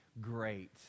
great